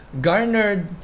garnered